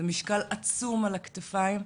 זה משקל עצום על הכתפיים.